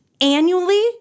annually